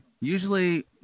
Usually